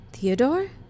Theodore